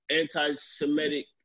anti-Semitic